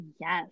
yes